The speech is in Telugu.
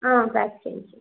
ప్యాక్ చేయించేయి